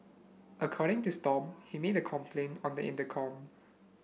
according to Stomp he made a complaint on the intercom